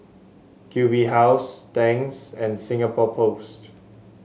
Q B House Tangs and Singapore Post